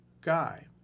guy